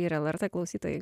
ir lrt klausytojai